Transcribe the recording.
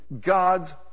God's